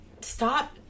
stop